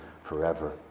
forever